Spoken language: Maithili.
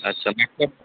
अच्छा